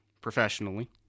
professionally